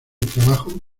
trabajo